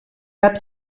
cap